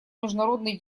международный